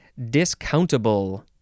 Discountable